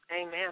Amen